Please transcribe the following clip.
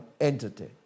entity